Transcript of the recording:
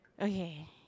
okay